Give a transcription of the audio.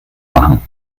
machen